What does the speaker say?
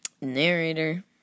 narrator